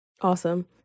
Awesome